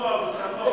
מותר לי גם קצת לעמוד.